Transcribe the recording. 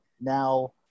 now